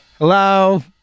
Hello